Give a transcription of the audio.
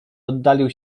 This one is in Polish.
oddalił